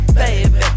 baby